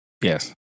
Yes